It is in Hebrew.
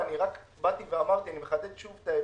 אני מחדד שוב את ההבדל,